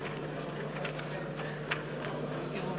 אלינו כאן.